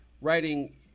writing